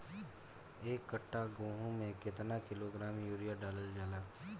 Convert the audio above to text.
एक कट्टा गोहूँ में केतना किलोग्राम यूरिया डालल जाला?